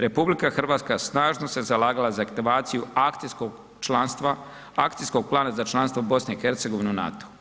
RH snažno se zalagala za aktivaciju akcijskog članstva, akcijskog plana za članstvo BiH u NATO.